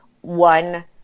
one